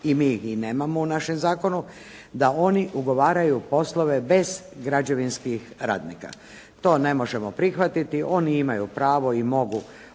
i mi i nemamo u našem zakonu da oni ugovaraju poslove bez građevinskih radnika, to ne možemo prihvatiti, oni i imaju pravo i mogu